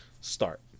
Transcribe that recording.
start